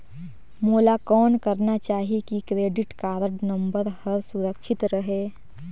मोला कौन करना चाही की क्रेडिट कारड नम्बर हर सुरक्षित रहे?